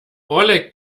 oleg